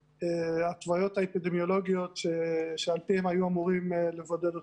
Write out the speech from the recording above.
התוויות האפידמיולוגיות שעל פיהן הם היו אמורים לבודד אותם.